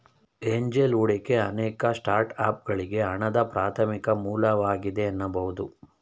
angel ಹೂಡಿಕೆ ಅನೇಕ ಸ್ಟಾರ್ಟ್ಅಪ್ಗಳ್ಗೆ ಹಣದ ಪ್ರಾಥಮಿಕ ಮೂಲವಾಗಿದೆ ಎನ್ನಬಹುದು